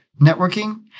networking